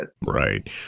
Right